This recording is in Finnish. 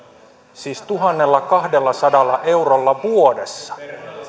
siis tuhannellakahdellasadalla eurolla vuodessa